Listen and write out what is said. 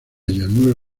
llanura